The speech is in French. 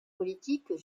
politique